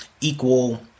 equal